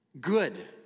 good